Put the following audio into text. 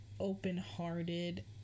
open-hearted